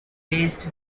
replaced